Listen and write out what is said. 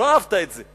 לא אהבת את זה.